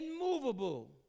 immovable